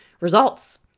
results